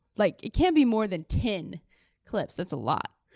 like it can't be more than ten clips. that's a lot.